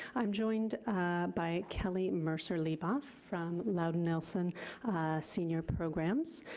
i'm joined by kelly mercer-liebof from louden nelson senior programs.